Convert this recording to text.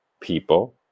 people